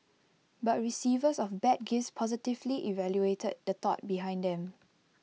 but receivers of bad gifts positively evaluated the thought behind them